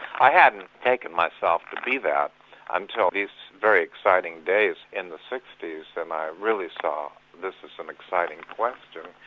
i hadn't taken myself to be that until these very exciting days in the sixties, then i really saw this as an exciting question.